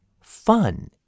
fun